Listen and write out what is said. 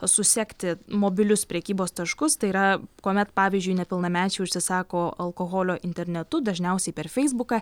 susekti mobilius prekybos taškus tai yra kuomet pavyzdžiui nepilnamečiai užsisako alkoholio internetu dažniausiai per feisbuką